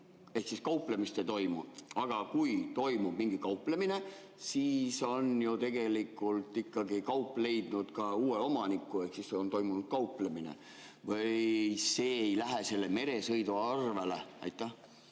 kauplemist ei toimu, aga kui toimub mingi kauplemine, siis on ju tegelikult ikkagi kaup leidnud ka uue omaniku, ehk siis on toimunud kauplemine? Või see ei lähe selle meresõidu arvele? Tänan,